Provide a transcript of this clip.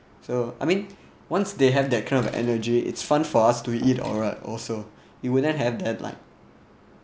so I mean once they have that kind of energy it's fun for us to eat or what also you wouldn't have that like